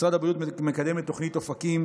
משרד הבריאות מקדם את תוכנית אופקים